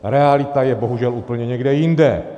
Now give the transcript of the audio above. Realita je bohužel úplně někde jinde.